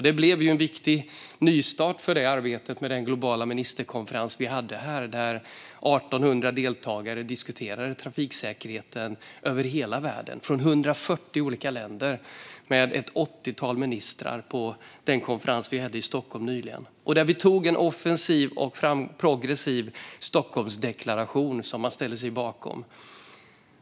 Det blev en viktig nystart för det arbetet med den globala ministerkonferens som genomfördes och där 1 800 deltagare diskuterade trafiksäkerheten över hela världen. De kom från 140 olika länder med ett åttiotal ministrar till den konferens som hölls i Stockholm nyligen. Vi antog där en offensiv och progressiv Stockholmsdeklaration.